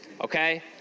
okay